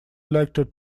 electric